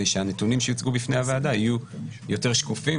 שהנתונים שיוצגו בפני הוועדה יהיו יותר שיקופים.